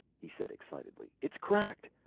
he said excitedly. it's cracked!